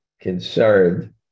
concerned